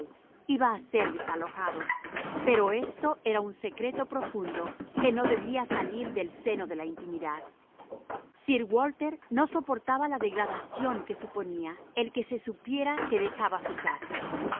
iba a ser desalojado pero esto era un secreto profundo que no debía salir del seno de la intimidad sir walter no soportaba la degradación que suponía el que se supiera que dejaba su casa